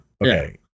Okay